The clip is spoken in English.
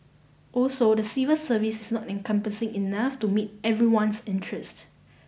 also the civil service is not encompassing enough to meet everyone's interest